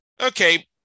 okay